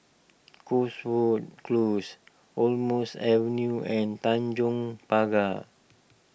Cotswold Close Almonds Avenue and Tanjong Pagar